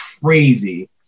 crazy